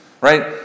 right